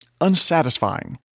unsatisfying